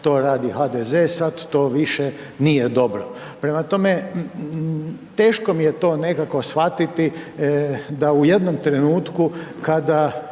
to radi HDZ sad to više nije dobro. Prema tome, teško mi je to nekako shvatiti da u jednom trenutku kada